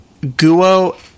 Guo